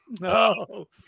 No